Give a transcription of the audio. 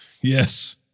Yes